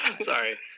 Sorry